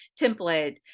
template